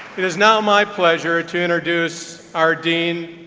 it is now my pleasure to introduce our dean,